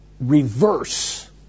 Reverse